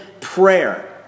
prayer